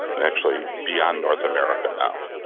and actually, beyond north america now.